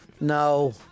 No